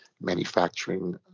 manufacturing